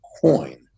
coin